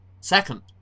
Second